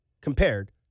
Compared